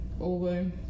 over